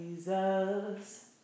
Jesus